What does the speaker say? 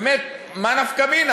באמת, מה נפקא מינה?